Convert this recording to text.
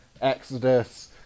Exodus